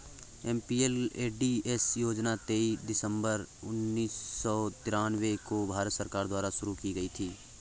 MPLADS योजना तेईस दिसंबर उन्नीस सौ तिरानवे को भारत सरकार द्वारा शुरू की गयी थी